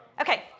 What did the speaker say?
Okay